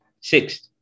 Sixth